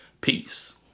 Peace